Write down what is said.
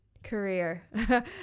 career